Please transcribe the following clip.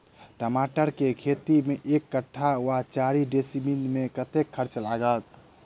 टमाटर केँ खेती मे एक कट्ठा वा चारि डीसमील मे कतेक खर्च लागत?